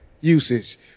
usage